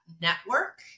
network